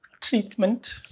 treatment